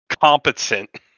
competent